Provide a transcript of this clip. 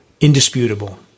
indisputable